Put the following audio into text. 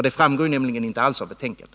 Det framgår ju inte alls av betänkandet.